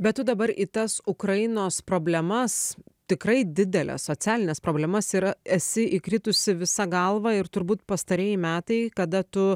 bet tu dabar į tas ukrainos problemas tikrai dideles socialines problemas yra esi įkritusi visa galva ir turbūt pastarieji metai kada tu